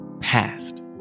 Past